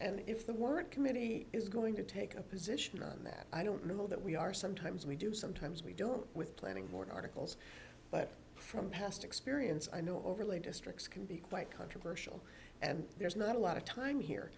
and if the word committee is going to take a position on that i don't know that we are sometimes we do sometimes we don't with planning more articles but from past experience i know overly districts can be quite controversial and there's not a lot of time here